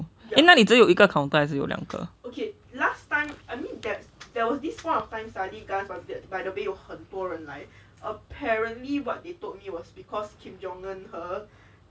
那里只有一个 counter 还是有两个